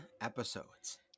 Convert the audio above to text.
episodes